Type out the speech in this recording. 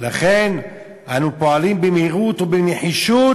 "לכן פעלנו במהירות ובנחישות,